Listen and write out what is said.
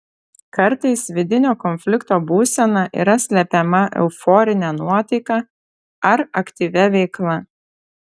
kartais vidinio konflikto būsena yra slepiama euforine nuotaika ar aktyvia veikla